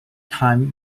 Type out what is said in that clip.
time